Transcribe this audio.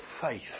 faith